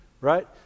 Right